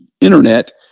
internet